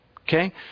Okay